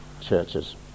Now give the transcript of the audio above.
churches